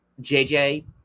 JJ